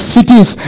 Cities